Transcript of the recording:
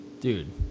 dude